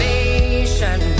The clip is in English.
Nation